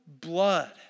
blood